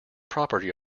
property